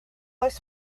oes